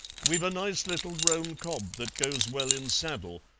we've a nice little roan cob that goes well in saddle.